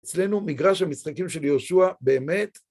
אצלנו, מגרש המשחקים של יהושע, באמת...